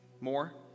More